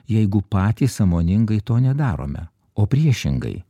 jeigu patys sąmoningai to nedarome o priešingai